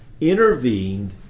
intervened